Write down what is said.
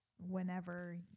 Whenever